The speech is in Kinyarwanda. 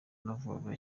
navugaga